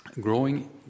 growing